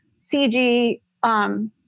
CG